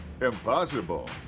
Impossible